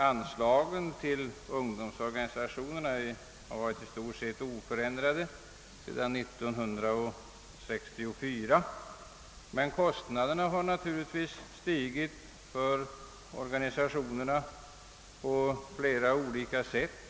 Anslagen till ungdomsorganisationerna har varit i stort sett oförändrade sedan 1964, men kostnaderna för organisationerna har naturligtvis stigit på flera olika sätt. BL.